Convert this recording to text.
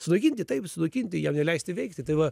sunaikinti taip sunaikinti jam neleisti veikti tai va